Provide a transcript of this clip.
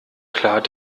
klar